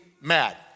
mad